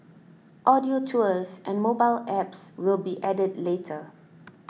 audio tours and mobile apps will be added later